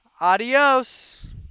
adios